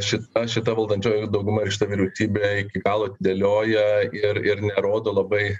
šita šita valdančioji dauguma ir šita vyriausybė iki galo atidėlioja ir ir nerodo labai